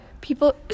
People